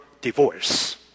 divorce